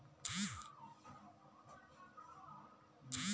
कृषि कार्य करने के लिए सबसे अच्छे उपकरण किस कंपनी के हैं?